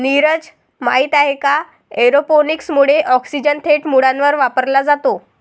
नीरज, माहित आहे का एरोपोनिक्स मुळे ऑक्सिजन थेट मुळांवर वापरला जातो